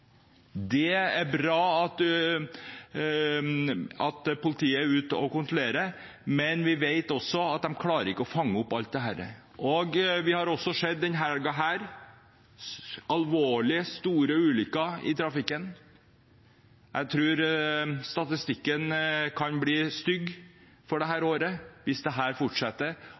Det er bra at politiet er ute og kontrollerer, men vi vet at de ikke klarer å fange opp alt. Også denne helga har vi sett alvorlige og store ulykker i trafikken. Jeg tror statistikken kan bli stygg dette året hvis dette fortsetter og vi ikke innfører enda bedre tiltak for